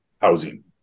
housing